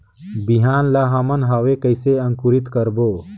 बिहान ला हमन हवे कइसे अंकुरित करबो?